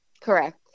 Correct